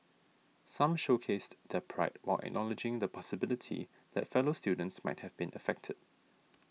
some showcased their pride while acknowledging the possibility that fellow students might have been affected